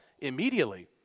immediately